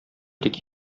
тик